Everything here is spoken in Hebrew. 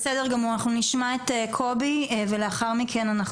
בסדר גמור, אנחנו נשמע את קובי ולאחר מכן אנחנו